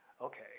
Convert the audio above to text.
okay